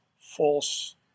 false